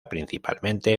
principalmente